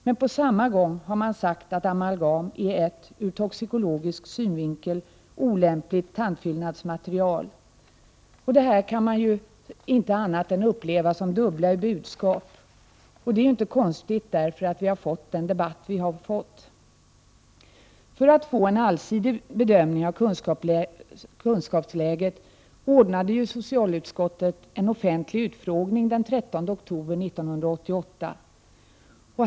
Men på samma gång har man sagt att amalgam är ett, ur toxikologisk synvinkel, olämpligt tandfyllnadsmaterial. Detta kan man inte uppleva som annat än dubbla budskap. Det är därför inte konstigt att vi har fått denna debatt. För att få en allsidig bedömning av kunskapsläget ordnade socialutskottet en offentlig utfrågning den 13 oktober 1988.